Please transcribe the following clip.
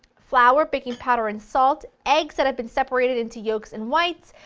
flour, baking powder and salt, eggs that have been separated into yolks and whites,